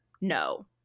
No